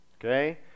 okay